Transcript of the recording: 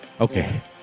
Okay